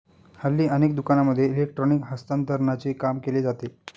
हल्ली अनेक दुकानांमध्ये इलेक्ट्रॉनिक हस्तांतरणाचे काम केले जाते